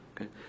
Okay